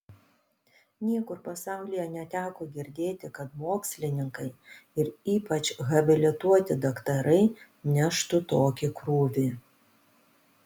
niekur pasaulyje neteko girdėti kad mokslininkai ir ypač habilituoti daktarai neštų tokį krūvį